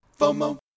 FOMO